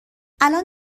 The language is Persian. الان